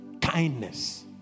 Kindness